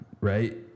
right